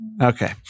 Okay